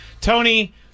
Tony